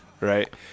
Right